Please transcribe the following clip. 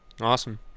awesome